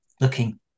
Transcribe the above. looking